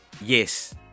yes